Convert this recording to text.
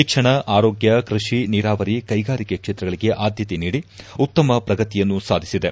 ಶಿಕ್ಷಣ ಆರೋಗ್ಯ ಕೃಷಿ ನೀರಾವರಿ ಕೈಗಾರಿಕೆ ಕ್ಷೇತ್ರಗಳಿಗೆ ಆದ್ಯತೆ ನೀಡಿ ಉತ್ತಮ ಪ್ರಗತಿಯನ್ನು ಸಾಧಿಸಿದೆ